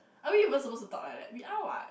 are we even suppose to talk like that we are what